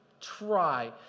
try